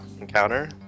Encounter